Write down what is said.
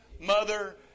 Mother